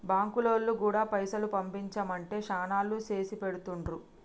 బాంకులోల్లు గూడా పైసలు పంపించుమంటే శనాల్లో చేసిపెడుతుండ్రు